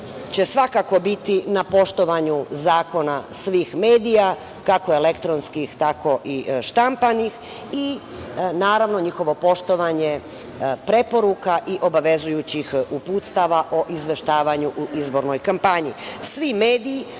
će svakako biti na poštovanju zakona svih medija, kako elektronskih, tako i štampanih i naravnog njihovo poštovanje preporuka i obavezujućih uputstava o izveštavanju u izbornoj kampanji. Svi mediji,